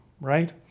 right